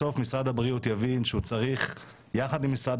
בסוף משרד הבריאות יבין שהוא צריך יחד עם משרד